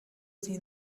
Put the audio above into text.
sie